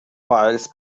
files